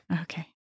Okay